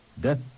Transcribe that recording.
Death